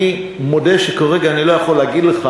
אני מודה שכרגע אני לא יכול להגיד לך